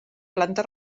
planta